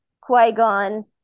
Qui-Gon